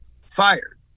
fired